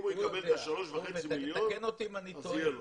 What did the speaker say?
ראובן --- אם הוא יקבל את ה-3.5 מיליון אז יהיה לו.